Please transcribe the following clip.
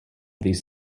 these